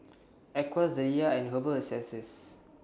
Acwell Zalia and Herbal Essences